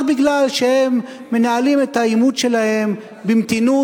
רק משום שהם מנהלים את העימות שלהם במתינות,